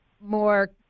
more